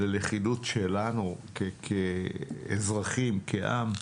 ללכידות שלנו כאזרחים, כעם.